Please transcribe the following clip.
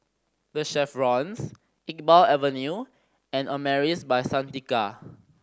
The Chevrons Iqbal Avenue and Amaris By Santika